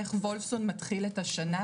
איך וולפסון מתחיל את השנה,